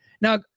now